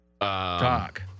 Talk